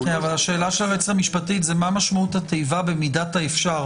אבל השאלה של היועצת המשפטית היא מה משמעות התיבה "במידת האפשר".